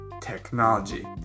technology